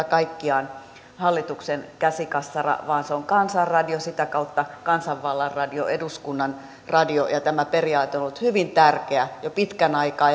kaikkiaan hallituksen käsikassara vaan se on kansan radio sitä kautta kansanvallan radio eduskunnan radio ja tämä periaate on ollut hyvin tärkeä jo pitkän aikaa